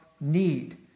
need